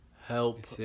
help